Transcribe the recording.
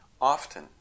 often